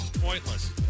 pointless